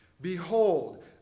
Behold